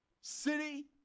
City